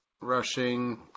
Rushing